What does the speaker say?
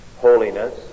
holiness